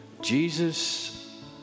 Jesus